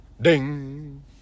Ding